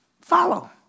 Follow